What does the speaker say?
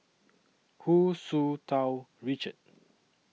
Hu Tsu Tau Richard